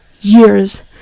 years